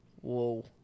whoa